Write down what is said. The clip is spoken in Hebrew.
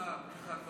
שרן, תגידי דברים